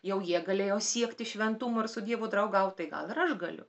jau jie galėjo siekti šventumo ir su dievu draugaut tai gal ir aš galiu